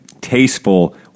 tasteful